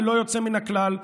ללא יוצא מן הכלל,